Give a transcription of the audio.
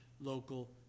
local